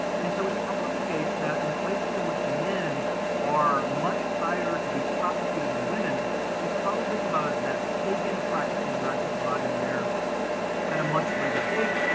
and so it's probably the case that in places in which men are much higher to be prosecuted than women is probably because that pagan practices are actually surviving there at a much later date,